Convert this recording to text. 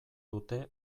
dute